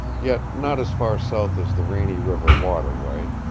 yet not as far south as the rainy river waterway,